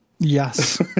yes